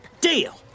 Deal